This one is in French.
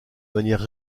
manière